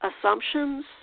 assumptions